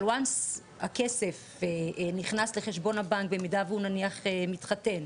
אבל וואנס הכסף נכנס לחשבון הבנק במידה והוא נניח מתחתן,